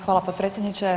Hvala potpredsjedniče.